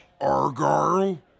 Argyle